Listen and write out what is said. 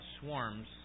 swarms